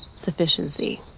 sufficiency